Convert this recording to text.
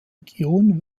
region